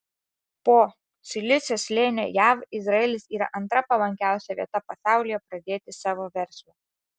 po silicio slėnio jav izraelis yra antra palankiausia vieta pasaulyje pradėti savo verslą